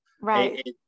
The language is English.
Right